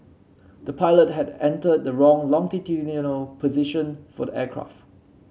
the pilot had entered the wrong longitudinal position for the aircraft